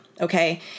Okay